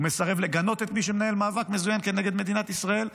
הוא מסרב לגנות את מי שמנהל מאבק מזוין כנגד מדינת ישראל,